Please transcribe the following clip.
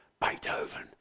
Beethoven